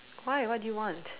why what do you want